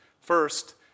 First